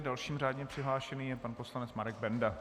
Dalším řádně přihlášeným je pan poslanec Marek Benda.